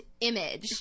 image